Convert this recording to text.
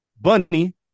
Bunny